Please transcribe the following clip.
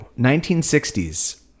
1960s